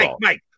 Mike